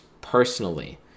personally